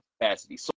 capacity